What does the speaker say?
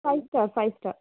five star five star